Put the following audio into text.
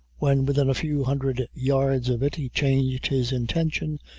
when within a few hundred yards of it, he changed his intention,